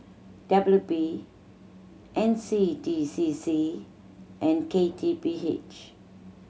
W P N C D C C and K T P H